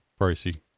pricey